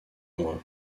mois